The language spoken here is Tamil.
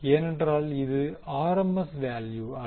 ஏனென்றால் இது ஆர் எம் எஸ் வேல்யு அல்ல